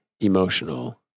emotional